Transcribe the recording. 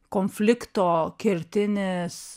konflikto kertinis